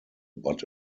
but